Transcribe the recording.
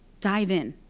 dive in.